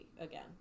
again